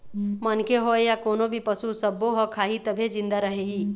मनखे होए य कोनो भी पसू सब्बो ह खाही तभे जिंदा रइही